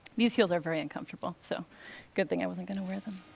these heels are very uncomfortable, so good thing i wasn't going to wear them.